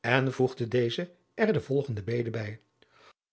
en voegde adriaan loosjes pzn het leven van maurits lijnslager deze er de volgende bede bij